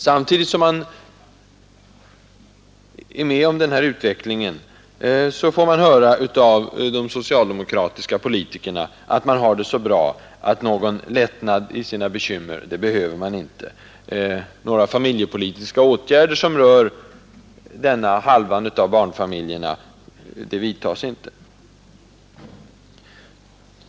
Samtidigt som man är med om denna utveckling, får man höra av de socialdemokratiska politikerna, att man har det så bra att man inte behöver någon lättnad i sina bekymmer; några familjepolitiska åtgärder som berör denna halva av barnfamiljerna vidtas inte.